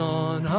on